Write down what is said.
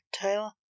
Taylor